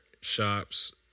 shops